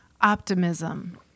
optimism